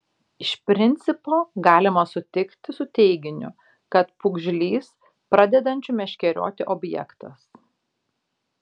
iš principo galima sutikti su teiginiu kad pūgžlys pradedančių meškerioti objektas